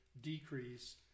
decrease